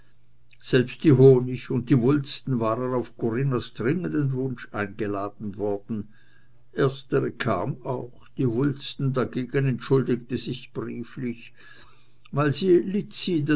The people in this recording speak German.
selbst die honig und die wulsten waren auf corinnas dringenden wunsch eingeladen worden erstere kam auch die wulsten dagegen entschuldigte sich brieflich weil sie